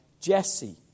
Jesse